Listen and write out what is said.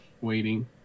waiting